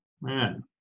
Man